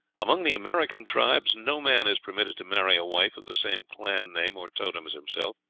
among the american tribes no man is permitted to marry a wife of the same clan-name or totem as himself.